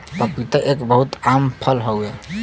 पपीता एक बहुत आम फल हौ